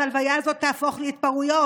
ושההלוויה הזאת תהפוך להתפרעויות.